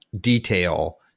detail